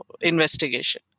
investigation